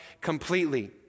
completely